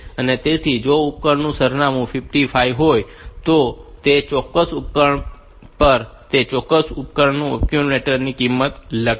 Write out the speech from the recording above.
તેથી જો ઉપકરણનું સરનામું 55 હોય તો તે ચોક્કસ ઉપકરણ પર તે ચોક્કસ ઉપકરણ એક્યુમ્યુલેટર ની કિંમત લખશે